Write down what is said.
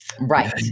Right